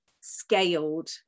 scaled